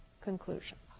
conclusions